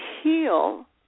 heal